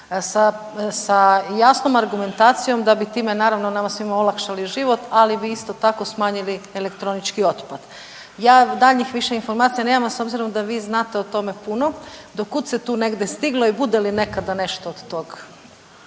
sa jasnom argumentacijom da bi time naravno nama svima olakšali život ali bi isto tako smanjili elektronički otpad. Ja daljnjih više informacija nemam, a s obzirom da vi znate o tome kuda do kuda se tu negdje stiglo i bude li nekada nešto od toga.